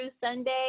Sunday